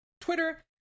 Twitter